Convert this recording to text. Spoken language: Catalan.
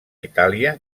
itàlia